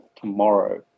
tomorrow